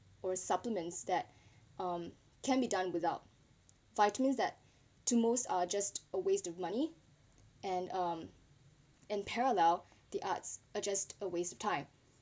or supplements that um can be done without vitamins that to most are just a waste of money and um in parallel the arts are just a waste of time